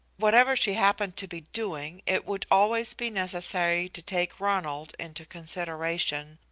whatever she happened to be doing, it would always be necessary to take ronald into consideration,